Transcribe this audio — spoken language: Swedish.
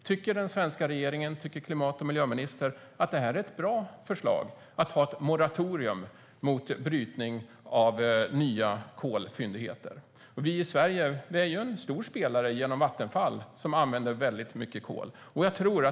Tycker den svenska regeringen och klimat och miljöministern att det är ett bra förslag att införa ett moratorium mot brytning av nya kolfyndigheter? Vi i Sverige är en stor spelare genom Vattenfall, som använder väldigt mycket kol.